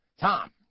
Tom